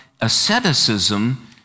asceticism